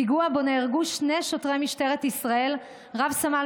פיגוע שבו נהרגו שני שוטרי משטרת ישראל: רב-סמל